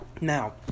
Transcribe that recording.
Now